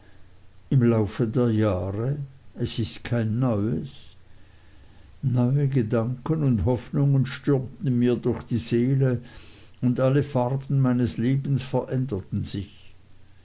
im lauf der jahre es ist kein neues neue gedanken und hoffnungen stürmten mir durch die seele und alle farben meines lebens veränderten sich